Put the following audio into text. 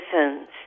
citizens